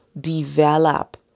develop